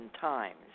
times